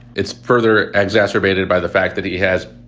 it's further exacerbated by the fact that he has